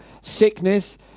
sickness